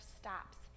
stops